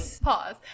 pause